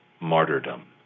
martyrdom